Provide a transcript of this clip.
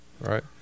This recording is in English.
Right